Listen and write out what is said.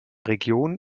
region